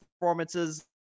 performances